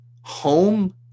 home